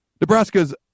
Nebraska's